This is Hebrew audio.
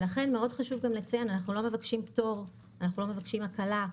לכן אנו לא מבקשים פטור, לא מבקשים הנחה או הקלה.